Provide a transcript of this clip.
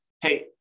hey